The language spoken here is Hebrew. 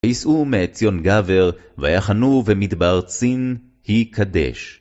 ויסעו מעציון גבר, ויחנו במדבר צין היא קדש.